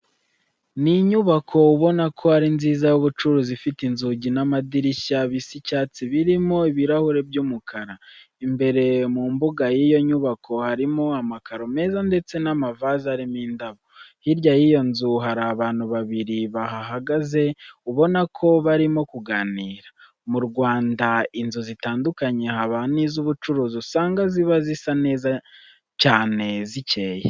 Ni inyubako ubona ko ari nziza y'ubucuruzi, ifite inzugi n'amadirishya bisa icyatsi birimo ibirahure by'umukara. Imbere mu mbuga y'iyo nyubako harimo amakaro meza ndetse n'amavaze arimo indabo. Hirya y'iyo nzu hari abantu babiri bahahagaze ubona ko barimo kuganira. Mu Rwanda inzu zitandukanye haba n'iz'ubucuruzi usanga ziba zisa neza cyane zikeye.